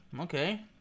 Okay